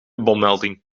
bommelding